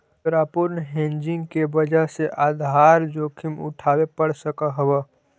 तोरा अपूर्ण हेजिंग के वजह से आधार जोखिम उठावे पड़ सकऽ हवऽ